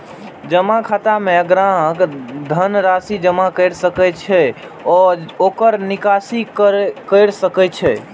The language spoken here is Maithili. जमा खाता मे ग्राहक धन राशि जमा कैर सकै छै आ ओकर निकासी कैर सकै छै